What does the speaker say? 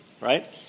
right